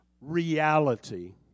reality